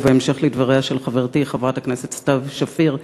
ובהמשך לדבריה של חברתי חברת הכנסת סתיו שפיר,